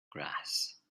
grass